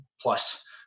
plus